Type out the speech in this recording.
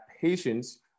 patients